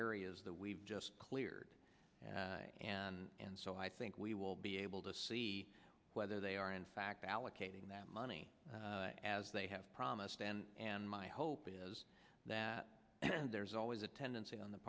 areas that we've just cleared and so i think we will be able to see whether they are in fact allocating that money as they have promised and and my hope is that there's always a tendency on the